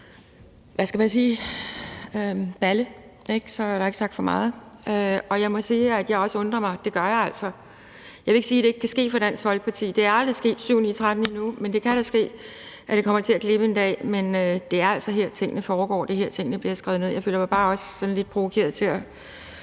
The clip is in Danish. hvad skal man sige – »balle«, så er der ikke sagt for meget. Og jeg må sige, at jeg også undrer mig. Det gør jeg altså. Jeg vil ikke sige, at det ikke kan ske for Dansk Folkeparti, men det er aldrig – syv-ni-tretten – sket endnu, men det kan da ske, at det kommer til at glippe en dag. Men det er altså her, tingene foregår, og det er her, tingene bliver skrevet ned. Jeg føler mig lidt provokeret til at